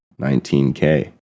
19k